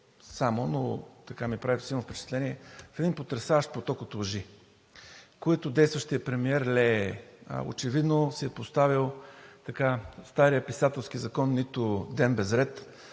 само, но така ми прави силно впечатление, в един потресаващ поток от лъжи, които действащият премиер очевидно си е поставил от стария писателски закон „Нито ден без ред“,